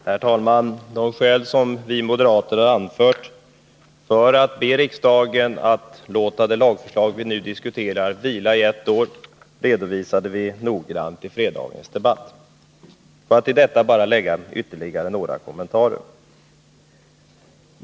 Herr talman! De skäl som vi moderater har för att be riksdagen låta det lagförslag vi nu diskuterar vila i ett år redovisade vi noggrant i fredagens debatt. Låt mig nu bara göra ytterligare några kommentarer.